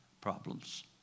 problems